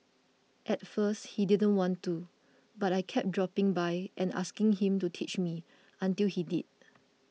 at first he didn't want to but I kept dropping by and asking him to teach me until he did